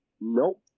Nope